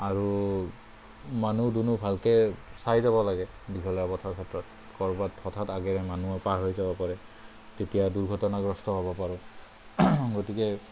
আৰু মানুহ দুনুহ ভালকে চাই যাব লাগে দীঘলীয়া পথৰ ক্ষেত্ৰত ক'ৰবাত হঠাৎ আগেৰে মানুহ পাৰ হৈ যাব পাৰে তেতিয়া দুৰ্ঘটনাগ্ৰস্থ হ'ব পাৰে গতিকে